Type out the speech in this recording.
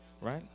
right